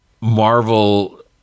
Marvel